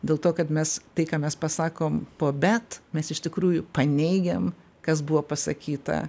dėl to kad mes tai ką mes pasakom po bet mes iš tikrųjų paneigiam kas buvo pasakyta